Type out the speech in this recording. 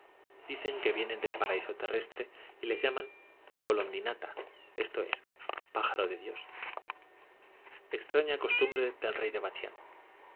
dicen que vienen del paraíso terrestre y les llaman bolondinata esto es pájaro de dios extraña costumbre del rey de